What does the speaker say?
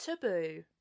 taboo